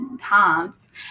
times